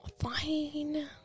Fine